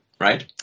right